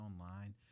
online